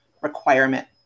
requirement